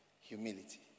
humility